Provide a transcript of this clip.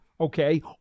Okay